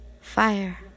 Fire